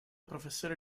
professore